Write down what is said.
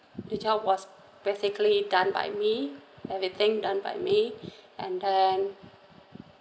the job was basically done by me everything done by me and then